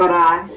aye.